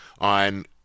on